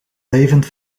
levend